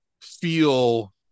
feel